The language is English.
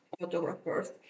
photographers